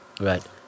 Right